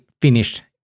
finished